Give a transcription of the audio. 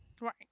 right